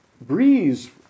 breeze